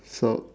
so